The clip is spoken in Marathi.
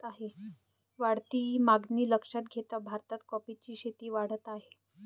वाढती मागणी लक्षात घेता भारतात कॉफीची शेती वाढत आहे